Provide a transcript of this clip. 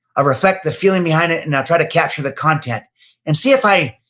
reflect the feeling behind it, and i'll try to capture the content and see if i,